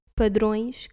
padrões